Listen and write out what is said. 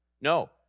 No